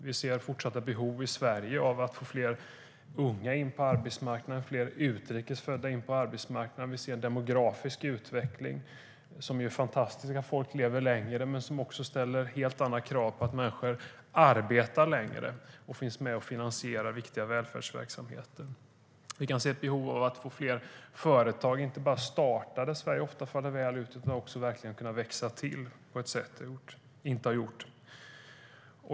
Vi ser fortsatta behov i Sverige av att få in fler unga på arbetsmarknaden och att få in fler utrikes födda på arbetsmarknaden. Vi ser en demografisk utveckling. Det är fantastiskt att folk lever längre, men det ställer helt andra krav på att människor arbetar längre och finns med och finansierar viktiga välfärdsverksamheter. Vi kan se ett behov av att få fler företag att inte bara starta - där faller Sverige ofta väl ut - utan också växa till på ett sätt de inte har gjort.